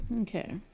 Okay